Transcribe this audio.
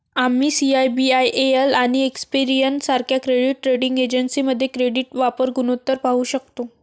आम्ही सी.आय.बी.आय.एल आणि एक्सपेरियन सारख्या क्रेडिट रेटिंग एजन्सीमध्ये क्रेडिट वापर गुणोत्तर पाहू शकतो